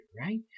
right